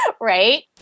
Right